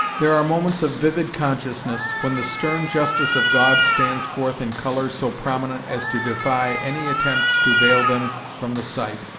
there are moments of vivid consciousness, when the stern justice of god stands forth in colours so prominent as to defy any attempts to veil them from the sight,